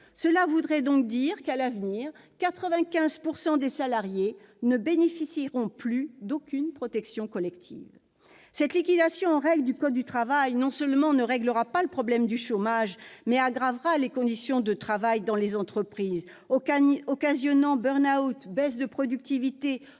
Cela voudrait donc dire que, à l'avenir, 95 % des salariés ne bénéficieront plus d'aucune protection collective. Non seulement cette liquidation en règle du code du travail ne réglera pas le problème du chômage, mais elle aggravera les conditions de travail dans les entreprises. Elle occasionnera, baisses de productivité,